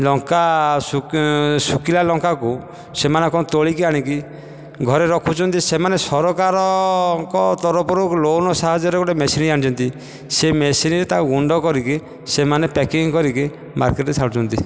ଲଙ୍କା ଶୁଖି ଶୁଖିଲା ଲଙ୍କାକୁ ସେମାନେ କ'ଣ ତୋଳିକି ଆଣିକି ଘରେ ରଖୁଛନ୍ତି ସେମାନେ ସରକାରଙ୍କ ତରଫରୁ ଲୋନ୍ ସାହାଯ୍ୟରେ ଗୋଟିଏ ମେସିନ୍ ଆଣିଛନ୍ତି ସେ ମେସିନ୍ ରେ ତାକୁ ଗୁଣ୍ଡ କରିକି ସେମାନେ ପ୍ୟାକିଂ କରିକି ମାର୍କେଟରେ ଛାଡ଼ୁଛନ୍ତି